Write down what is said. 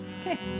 Okay